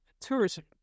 tourism